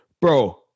Bro